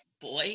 boy